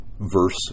verse